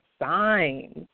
signs